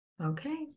Okay